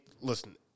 listen